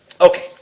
Okay